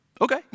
Okay